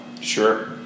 Sure